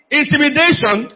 intimidation